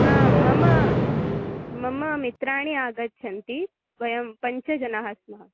हा मम मम मित्राणि आगच्छन्ति वयं पञ्चजनाः स्मः